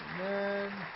Amen